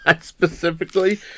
specifically